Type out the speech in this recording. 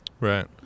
Right